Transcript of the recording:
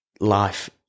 life